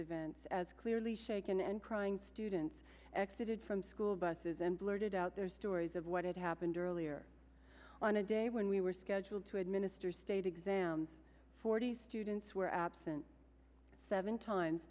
events as clearly shaken and crying students extorted from school buses and blurted out their stories of what had happened earlier on a day when we were scheduled to administer state exams forty students were absent seven times